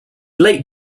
late